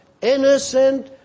innocent